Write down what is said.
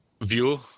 view